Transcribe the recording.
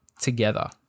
together